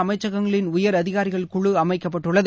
அமைச்சகங்களின் உயர் அதிகாரிகள் குழு அமைக்கப்பட்டுள்ளது